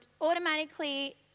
automatically